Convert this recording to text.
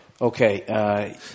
Okay